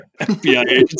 FBI